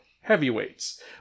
Heavyweights